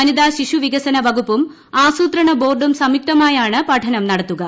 വനിതാ ശിശുവികസന വകുപ്പും ആസൂത്രണ ബോർഡും സംയുക്തമായാണ് പഠനം നടത്തുക